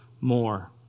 more